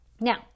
Now